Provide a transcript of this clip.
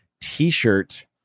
t-shirt